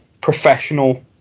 professional